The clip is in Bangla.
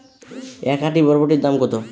এক আঁটি বরবটির দাম কত?